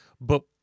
But-